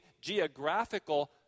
geographical